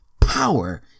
power